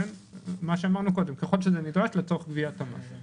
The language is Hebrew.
כפי שאמרנו קודם: ככל שזה נדרש לצורך גביית המס.